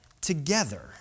together